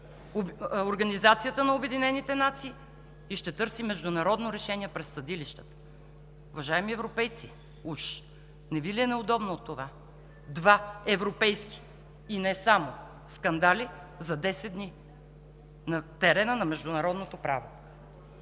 Организацията на обединените нации и ще търси международно решение през съдилищата. Уважаеми европейци, уж, не Ви ли е неудобно от това? Два европейски и не само скандали за десет дни на терена на международното право?!